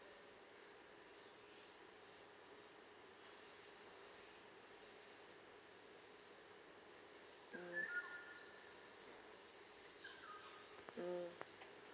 mm mm